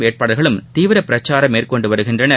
வேட்பாளர்களும் தீவிர பிரச்சாரம் மேற்கொண்டு வருகின்றனர்